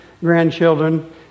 grandchildren